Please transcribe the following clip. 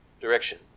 direction